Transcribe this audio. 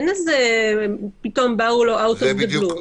לא פתאום באו out of the blue.